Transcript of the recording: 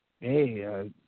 Hey